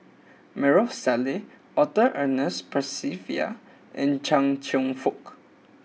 Maarof Salleh Arthur Ernest Percival and Chia Cheong Fook